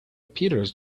peters